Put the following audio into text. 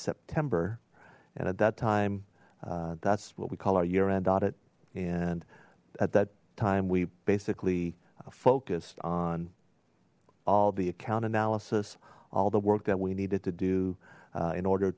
september and at that time that's what we call our year end audit and at that time we basically focused on all the account analysis all the work that we needed to do in order